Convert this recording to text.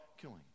killing